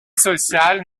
sociale